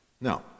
Now